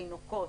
תינוקות.